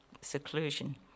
seclusion